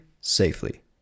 safely